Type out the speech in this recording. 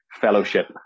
fellowship